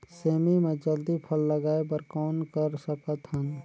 सेमी म जल्दी फल लगाय बर कौन कर सकत हन?